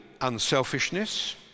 unselfishness